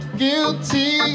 guilty